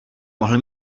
mohl